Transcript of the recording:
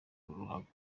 ruhago